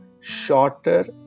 shorter